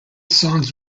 songs